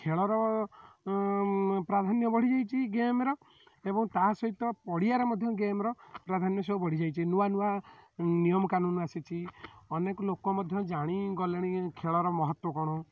ଖେଳର ପ୍ରାଧାନ୍ୟ ବଢ଼ିଯାଇଛି ଗେମ୍ର ଏବଂ ତା ସହିତ ପଡ଼ିଆର ମଧ୍ୟ ଗେମ୍ର ପ୍ରାଧାନ୍ୟ ସବୁ ବଢ଼ିଯାଇଛି ନୂଆ ନୂଆ ନିୟମ କାନୁନ୍ ଆସିଛି ଅନେକ ଲୋକ ମଧ୍ୟ ଜାଣିଗଲେଣି ଖେଳର ମହତ୍ତ୍ଵ କ'ଣ